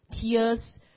tears